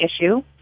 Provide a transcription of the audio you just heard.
issue